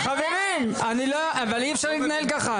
חברים, אבל אי אפשר להתנהל ככה.